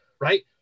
right